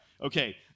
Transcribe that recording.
Okay